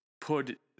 put